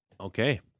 Okay